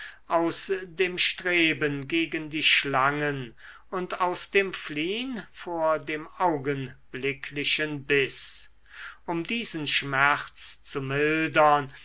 aus dem streben gegen die schlangen und aus dem fliehn vor dem augenblicklichen biß um diesen schmerz zu mildern